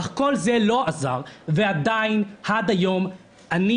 אך כל זה לא עזר ועדיין עד היום אני,